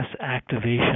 activation